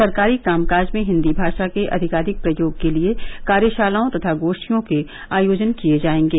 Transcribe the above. सरकारी काम काज में हिन्दी भाषा के अधिकाधिक प्रयोग के लिये कार्यशालाओं तथा गोष्ठियों के आयोजन किये जायेंगे